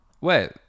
Wait